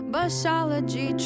Busology